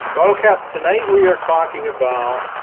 bottle caps tonight we are talking about